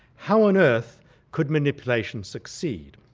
how on earth could manipulation succeed?